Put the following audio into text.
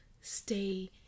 stay